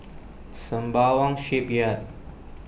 Sembawang Shipyard